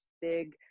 big